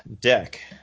Deck